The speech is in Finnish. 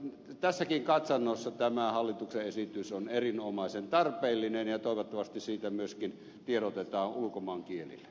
tässäkin katsannossa tämä hallituksen esitys on erinomaisen tarpeellinen ja toivottavasti siitä myöskin tiedotetaan ulkomaankielillä